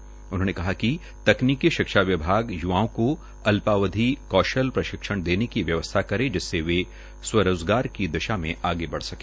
इसके साथ साथ उन्होनें कहा कि तकनीकी शिक्षा विभाग य्वाओं को अल्पावधि कौशल प्रशिक्षण की देने की व्यवस्था करें जिससे वें स्वरोजगार की दिशा में और आगे बढ़ सके